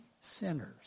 sinners